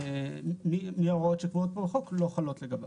מי ההוראות שקבועות בחוק לא חלות לגביו.